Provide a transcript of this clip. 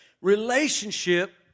Relationship